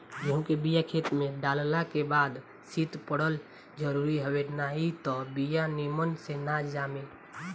गेंहू के बिया खेते में डालल के बाद शीत पड़ल जरुरी हवे नाही त बिया निमन से ना जामे